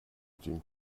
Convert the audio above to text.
den